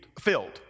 filled